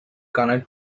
connect